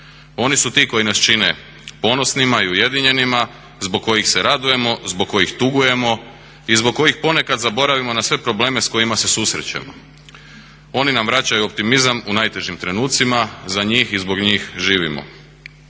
oni su ti koji nas čine ponosnima i ujedinjenima zbog kojih se radujemo, zbog kojih tugujemo i zbog kojih ponekad zaboravimo na sve probleme s kojima se susrećemo. Oni nam vraćaju optimizam u najtežim trenucima, za njih i zbog njih živimo.